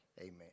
Amen